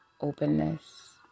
Openness